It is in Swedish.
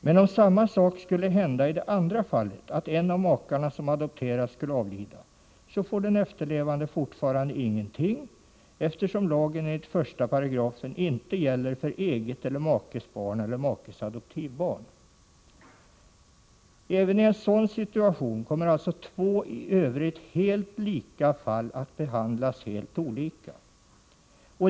Men om samma sak skulle hända i det andra fallet får den efterlevande fortfarande ingenting, eftersom lagen enligt 1 § inte gäller för ”eget eller makes barn eller makes adoptivbarn”. Även i en sådan situation kommer alltså två i övrigt helt lika fall att behandlas helt olika.